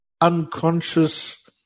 unconscious